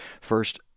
first